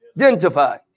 identify